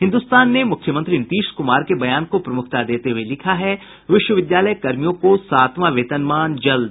हिन्दुस्तान ने मुख्यमंत्री नीतीश कुमार के बयान को प्रमुखता देते हुये लिखा है विश्वविद्यालय कर्मियों को सातवां वेतनमान जल्द